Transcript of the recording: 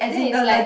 then it's like